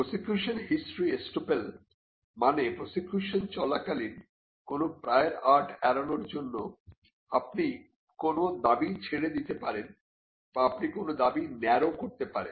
prosecution history estoppel মানে prosecution চলাকালীন কোন প্রায়র আর্ট এড়ানোর জন্য আপনি কোন দাবি ছেড়ে দিতে পারেন বা আপনি কোন দাবী ন্যারো করতে পারেন